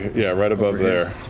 yeah, right about there.